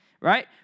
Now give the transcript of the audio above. right